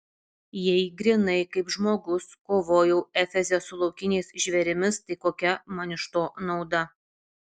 jei grynai kaip žmogus kovojau efeze su laukiniais žvėrimis tai kokia man iš to nauda